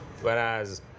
Whereas